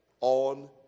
on